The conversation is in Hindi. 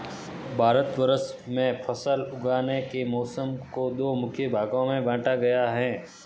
भारतवर्ष में फसल उगाने के मौसम को दो मुख्य भागों में बांटा गया है